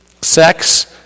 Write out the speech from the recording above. sex